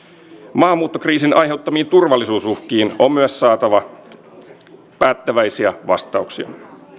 maahanmuuttokriisin aiheuttamiin turvallisuusuhkiin on myös saatava päättäväisiä vastauksia